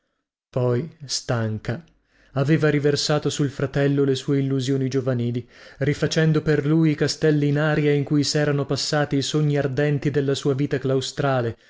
poi stanca aveva riversato sul fratello le sue illusioni giovanili rifacendo per lui i castelli in aria in cui serano passati i sogni ardenti della sua vita